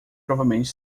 provavelmente